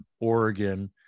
Oregon